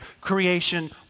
creation